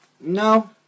No